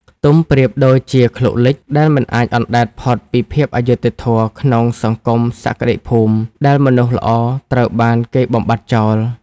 ទុំប្រៀបដូចជា "ឃ្លោកលិច" ដែលមិនអាចអណ្ដែតផុតពីភាពអយុត្តិធម៌ក្នុងសង្គមសក្តិភូមិ ដែលមនុស្សល្អត្រូវបានគេបំបាត់ចោល។